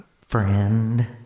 friend